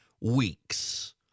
weeks